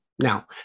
Now